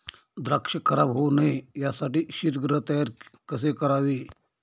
द्राक्ष खराब होऊ नये यासाठी शीतगृह तयार कसे करावे?